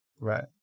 Right